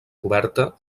coberta